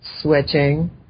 switching